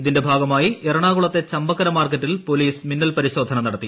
ഇതിന്റെ ഭാഗമായി എറണാകുളത്തെ ചമ്പക്കര മാർക്കറ്റിൽ പൊലീസ് മിന്നൽ പരിശോധന നടത്തി